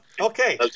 Okay